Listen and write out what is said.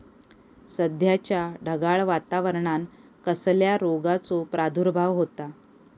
सध्याच्या ढगाळ वातावरणान कसल्या रोगाचो प्रादुर्भाव होता?